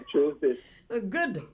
Good